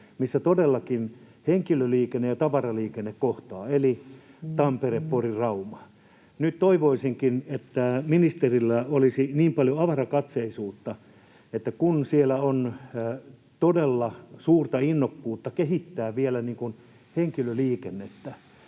missä todellakin henkilöliikenne ja tavaraliikenne kohtaavat, eli Tampere—Pori—Rauma-radalla. Nyt toivoisinkin, että ministerillä olisi niin paljon avarakatseisuutta, että kun siellä on todella suurta innokkuutta kehittää vielä henkilöliikennettä,